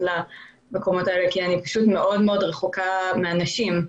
למקומות שציינתי כי אני רחוקה מאנשים.